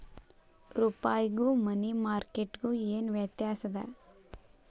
ರೂಪಾಯ್ಗು money market ಗು ಏನ್ ವ್ಯತ್ಯಾಸದ